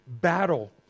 battle